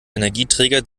energieträger